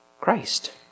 Christ